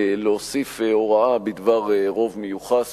להוסיף הוראה בקשר לאותו חוק מיוחס